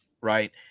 right